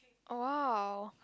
oh !wow!